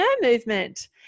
Movement